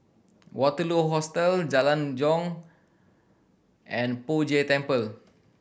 Waterloo Hostel Jalan Jong and Poh Jay Temple